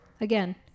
Again